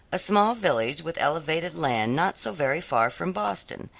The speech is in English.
a small village with elevated land not so very far from boston,